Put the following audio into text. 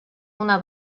una